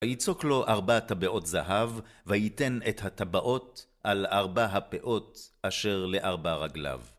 ויצוק לו ארבע טבעות זהב, וייתן את הטבעות על ארבע הפאות אשר לארבע רגליו.